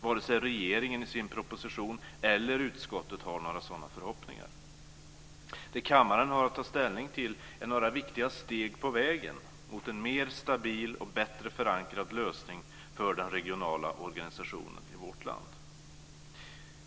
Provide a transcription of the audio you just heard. Vare sig regeringen i sin proposition eller utskottet har några sådana förhoppningar. Det kammaren har att ta ställning till är några viktiga steg på vägen mot en mer stabil och bättre förankrad lösning för den regionala organisationen i vårt land.